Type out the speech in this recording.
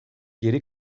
geri